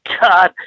God